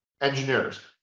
engineers